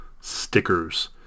Stickers